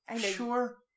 sure